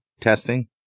testing